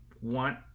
want